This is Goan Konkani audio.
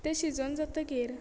ते शिजोवन जातकीर